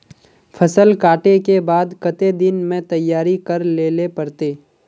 फसल कांटे के बाद कते दिन में तैयारी कर लेले पड़ते?